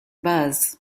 buzz